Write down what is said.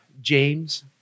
James